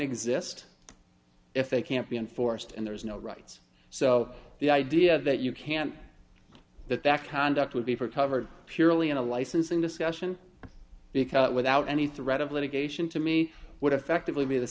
exist if they can't be enforced and there's no rights so the idea that you can't that that conduct would be for covered purely in a licensing discussion because without any threat of litigation to me what effectively be the